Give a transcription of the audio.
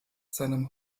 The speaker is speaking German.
seinem